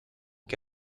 que